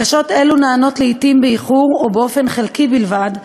לעתים בקשות אלו נענות באיחור או באופן חלקי בלבד,